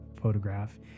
photograph